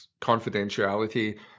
confidentiality